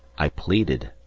i pleaded,